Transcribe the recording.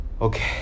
okay